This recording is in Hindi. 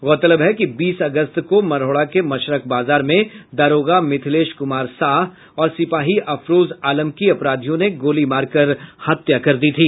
गौरतलब है कि बीस अगस्त को मढ़ौरा के मशरख बाजार में दारोगा मिथिलेश कुमार शाह और सिपाही अफरोज आलम की अपराधियों ने गोली मारकर हत्या कर दी थी